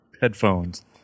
headphones